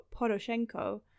Poroshenko